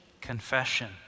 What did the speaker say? Confession